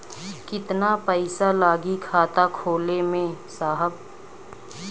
कितना पइसा लागि खाता खोले में साहब?